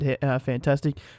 fantastic